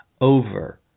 over